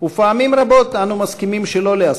ופעמים רבות אנו מסכימים שלא להסכים.